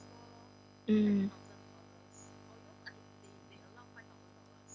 mm